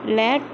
late